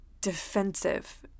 defensive